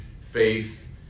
faith